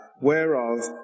whereof